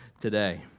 today